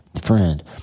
friend